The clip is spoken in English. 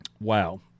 Wow